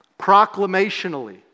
proclamationally